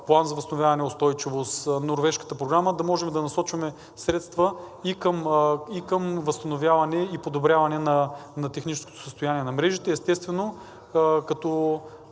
План за възстановяване и устойчивост, Норвежката програма, можем да насочваме средства и към възстановяване и подобряване на техническото състояние на мрежите. Естествено, ще